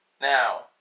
Now